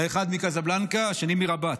האחד מקזבלנקה, השני מרבאט.